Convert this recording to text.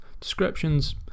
descriptions